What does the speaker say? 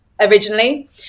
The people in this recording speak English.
originally